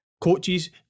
coaches